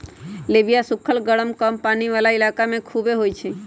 लोबिया सुखल गरम कम पानी वाला इलाका में भी खुबे होई छई